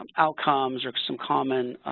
um outcomes or some common